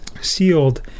sealed